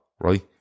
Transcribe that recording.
right